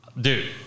Dude